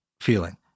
feeling